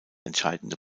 entscheidende